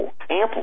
ample